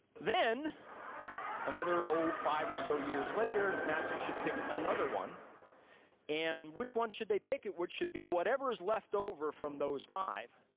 then another, oh, five or so years later, nasa should pick another one and which one should they pick, it should be whatever's left over from those five,